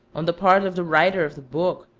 on the part of the writer of the book,